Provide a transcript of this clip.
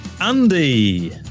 Andy